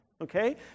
Okay